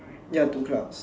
ya two clouds